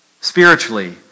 spiritually